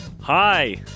Hi